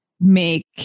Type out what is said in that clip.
make